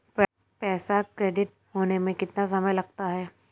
पैसा क्रेडिट होने में कितना समय लगता है?